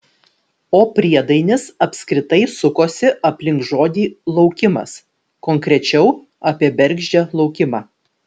o priedainis apskritai sukosi aplink žodį laukimas konkrečiau apie bergždžią laukimą